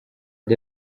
the